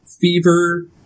fever